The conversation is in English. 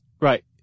Right